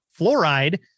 fluoride